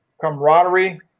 camaraderie